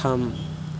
थाम